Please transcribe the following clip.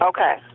Okay